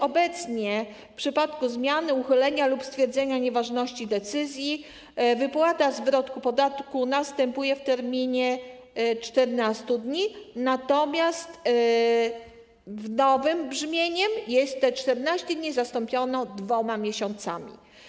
Obecnie w przypadku zmiany, uchylenia lub stwierdzenia nieważności decyzji wypłata zwrotu podatku następuje w terminie 14 dni, natomiast zgodnie z nowym brzmieniem te 14 dni zastąpiono dwoma miesiącami.